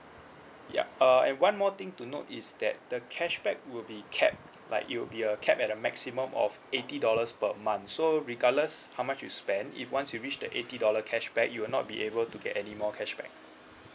ya uh and one more thing to note is that the cashback will be cap like it will be a cap at a maximum of eighty dollars per month so regardless how much you spend if once you reach the eighty dollar cashback you will not be able to get any more cashback